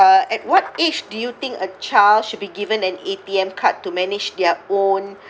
uh at what age do you think a child should be given an A_T_M card to manage their own